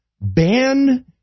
ban